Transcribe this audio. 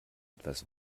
etwas